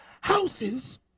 houses